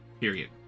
Period